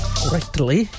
correctly